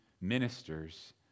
ministers